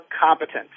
competent